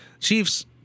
Chiefs